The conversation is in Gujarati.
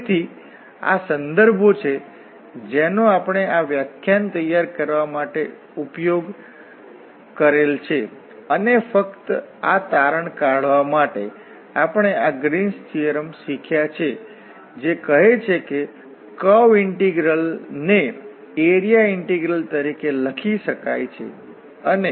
તેથી આ સંદર્ભો છે જેનો આપણે આ વ્યાખ્યાન તૈયાર કરવા માટે ઉપયોગમાં લીધ છે અને ફક્ત આ તારણ કાઢવા માટે આપણે આ ગ્રીન્સ થીઓરમ શીખ્યા છે જે કહે છે કે કર્વ ઇન્ટીગ્રલ ને એરિયા ઇન્ટીગ્રલ તરીકે લખી શકાય છે